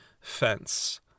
fence